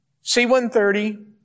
C-130